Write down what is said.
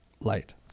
light